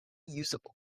unusable